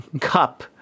cup